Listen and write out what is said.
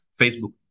Facebook